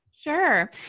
Sure